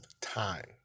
time